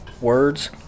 words